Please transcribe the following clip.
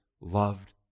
loved